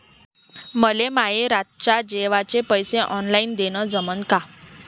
मले माये रातच्या जेवाचे पैसे ऑनलाईन देणं जमन का?